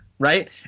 Right